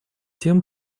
тем